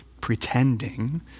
pretending